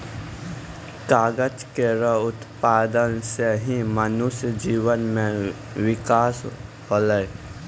कागज केरो उत्पादन सें ही मनुष्य जीवन म बिकास होलै